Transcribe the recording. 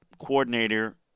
coordinator